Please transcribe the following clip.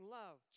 love